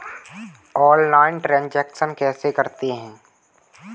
Online transaction कैसे करते हैं?